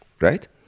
right